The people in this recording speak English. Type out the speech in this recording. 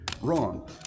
wrong